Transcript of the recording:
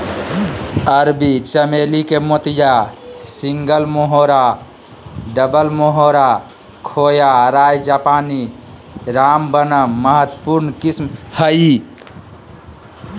अरबी चमेली के मोतिया, सिंगल मोहोरा, डबल मोहोरा, खोया, राय जापानी, रामबनम महत्वपूर्ण किस्म हइ